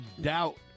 doubt